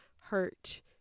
hurt